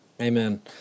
Amen